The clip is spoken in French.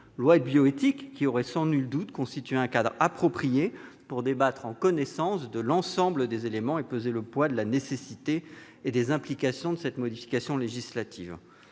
de bioéthique, qui aurait sans nul doute constitué un cadre approprié pour débattre, en connaissance, de l'ensemble des éléments et peser le poids de la nécessité et des implications de cette modification législative.